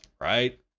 right